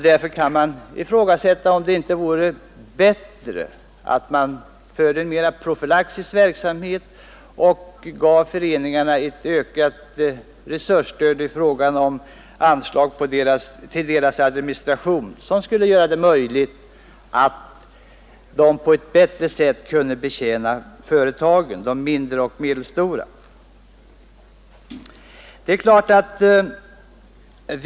Därför kan man ifrågasätta, om det inte vore bättre att företagarföreningarna kunde ägna sig åt en mera profylaktisk verksamhet och att de fick ett ökat resursstöd i form av anslag till administrationen. Det skulle möjliggöra för dem att på ett bättre sätt betjäna de mindre och medelstora företagen.